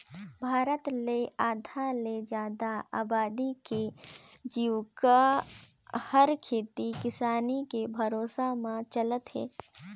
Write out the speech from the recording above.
भारत ले आधा ले जादा अबादी के जिविका हर खेती किसानी के भरोसा में चलत हे